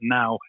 now